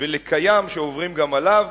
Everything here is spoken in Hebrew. ולקיים שעוברים גם עליו,